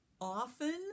often